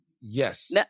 Yes